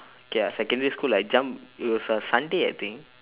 okay ah secondary school I jump it was a sunday I think